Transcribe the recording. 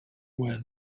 where